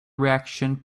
reactions